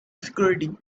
security